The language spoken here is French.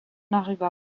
arriva